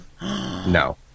No